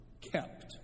kept